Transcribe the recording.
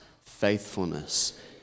faithfulness